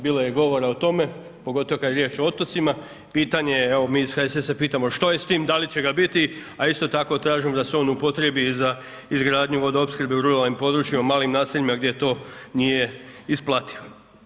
Bilo je govora o tome pogotovo kad je riječ o otocima, pitanje je evo mi iz HSS-a pitamo što je s tim da li će ga biti, a isto tako tražimo da se on upotrijebi za izgradnju vodoopskrbe u ruralnim područjima, malim naseljima gdje je to nije isplativo.